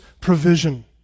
provision